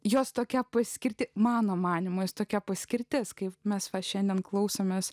jos tokia paskirti mano manymu jis tokia paskirtis kaip mes va šiandien klausomės